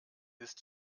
ist